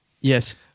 Yes